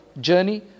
journey